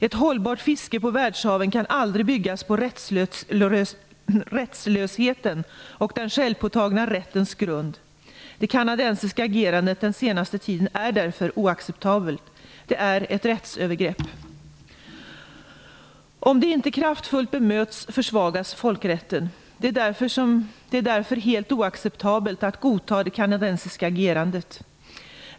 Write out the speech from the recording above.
Ett hållbart fiske på världshaven kan aldrig byggas på rättslösheten och den självpåtagna rätten grund. Det kanadensiska agerandet den senaste tiden är därför oacceptabelt. Det är ett rättsövergrepp. Om det inte kraftfullt bemöts försvagas folkrätten. Det är därför helt oacceptabelt att godta det kanadensiska agerandet.